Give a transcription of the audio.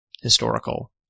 historical